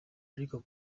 ariko